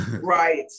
Right